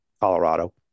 Colorado